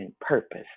purpose